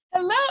Hello